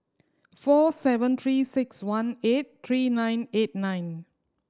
four seven Three Six One eight three nine eight nine